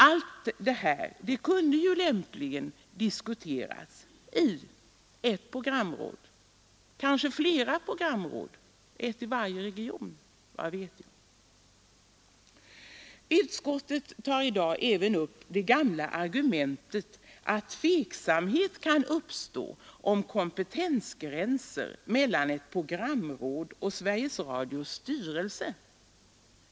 Allt detta kunde ju lämpligen diskuteras i ett programråd, kanske flera, ett i varje region. Utskottet tar i dag upp det gamla argumentet att tveksamhet kan uppstå om kompetensgränser mellan ett programråd och Sveriges Radios styrelse.